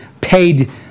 paid